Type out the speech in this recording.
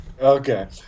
Okay